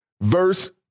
verse